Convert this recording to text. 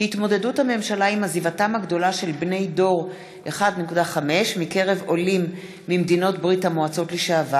יעל גרמן, מיכל רוזין, תמר זנדברג ויואל חסון,